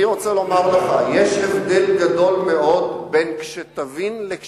אני רוצה לומר לך שיש הבדל גדול מאוד בין "כשתבין" ל"כשתסכים".